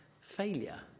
failure